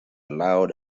loud